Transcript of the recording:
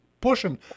Pushing